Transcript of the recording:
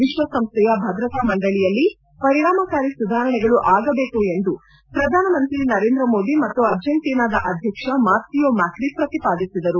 ವಿಶ್ವಸಂಸ್ಥೆಯ ಭದ್ರತಾ ಮಂಡಳಿಯಲ್ಲಿ ಪರಿಣಾಮಕಾರಿ ಸುಧಾರಣೆಗಳು ಆಗಬೇಕು ಎಂದು ಪ್ರಧಾನಮಂತ್ರಿ ನರೇಂದ್ರ ಮೋದಿ ಮತ್ತು ಅರ್ಜಿಂಟೀನಾದ ಅಧ್ಯಕ್ಷ ಮಾರ್ಸಿಯೋ ಮ್ಯಾಕ್ರಿ ಪ್ರತಿಪಾದಿಸಿದರು